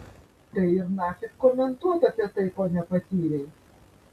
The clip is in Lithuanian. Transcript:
tai ir nafik komentuot apie tai ko nepatyrei